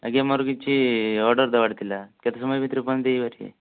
ଆଜ୍ଞା ମୋର କିଛି ଅର୍ଡ଼ର ଦେବାର ଥିଲା କେତେ ସମୟ ଭିତରେ ପହଞ୍ଚାଇ ପାରିବେ